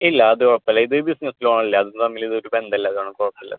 ഇല്ല അത് കുഴപ്പമില്ല ഇത് ബിസിനസ് ലോൺ അല്ലേ അത് തമ്മിൽ ഇതൊരു ബന്ധമില്ല അത് കാരണം കുഴപ്പമില്ല